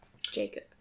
Jacob